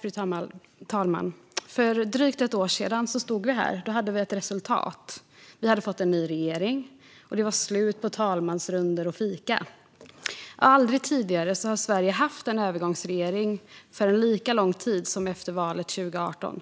Fru talman! För drygt ett år sedan stod vi här med ett resultat. Vi hade fått en ny regering, och det var slut på talmansrundor och fika. Aldrig tidigare har Sverige haft en övergångsregering under en lika lång tid som efter valet 2018.